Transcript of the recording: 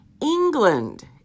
England